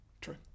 true